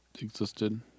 existed